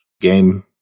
game